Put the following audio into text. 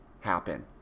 happen